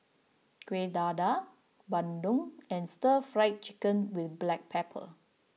Kuih Dadar Bandung and Stir Fry Chicken with Black Pepper